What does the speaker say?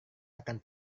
akan